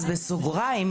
אז בסוגריים,